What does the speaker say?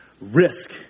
risk